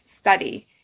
study